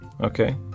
Okay